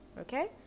Okay